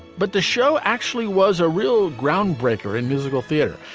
but the show actually was a real groundbreaker in musical theater,